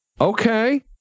okay